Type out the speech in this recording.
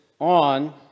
on